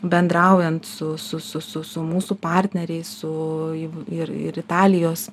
bendraujant su su su mūsų partneriais su įv ir ir italijos